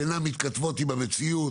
שאינן מתכתבות עם המציאות